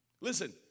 Listen